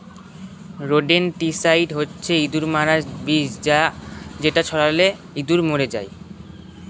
rodenticide হচ্ছে ইঁদুর মারার বিষ যেটা ছড়ালে ইঁদুর মরে যায়